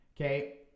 Okay